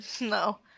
No